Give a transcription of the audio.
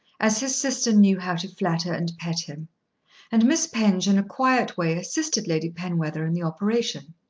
as his sister knew how to flatter and pet him and miss penge in a quiet way assisted lady penwether in the operation.